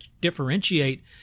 differentiate